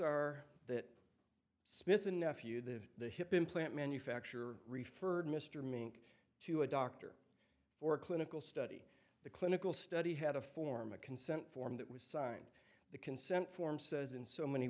are that smith a nephew that the hip implant manufacturer referred mr mink to a doctor for clinical study the clinical study had to form a consent form that was signed the consent form says in so many